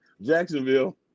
Jacksonville